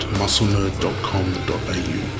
musclenerd.com.au